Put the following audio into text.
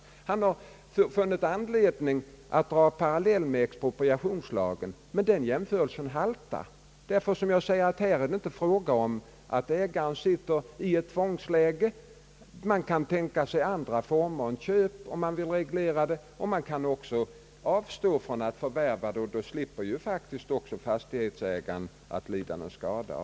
Herr Fälldin har funnit anledning att dra en parallell med expropriationslagen, men den jämförelsen haltar därför att det, som jag redan har sagt, här inte är fråga om att ägaren befinner sig i ett tvångsläge. Man kan tänka sig andra former än köp eller man kan vilja ha en reglering till stånd. Man kan också tänka sig att avstå från förvärvet, och då slipper också fastighetsägaren lida någon skada.